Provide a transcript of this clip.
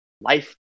life